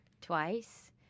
twice